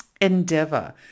endeavor